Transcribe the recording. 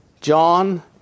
John